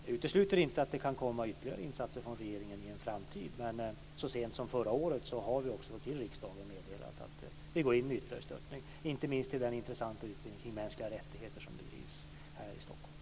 Jag utesluter inte att det kan komma ytterligare insatser från regeringen i en framtid, men så sent som förra året har jag till riksdagen meddelat att vi går in med ytterligare stöttning, inte minst i den intressanta utbildning i mänskliga rättigheter som bedrivs här i